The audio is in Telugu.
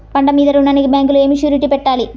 పంట మీద రుణానికి బ్యాంకులో ఏమి షూరిటీ పెట్టాలి?